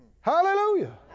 Hallelujah